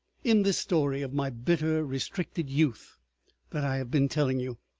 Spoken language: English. in this story of my bitter, restricted youth that i have been telling you,